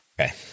Okay